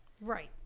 Right